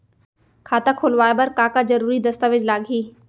खाता खोलवाय बर का का जरूरी दस्तावेज लागही?